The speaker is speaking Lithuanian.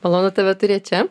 malonu tave turėt čia